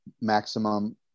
maximum